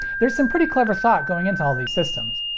there's some pretty clever thought going into all these systems.